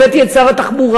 הבאתי את שר התחבורה,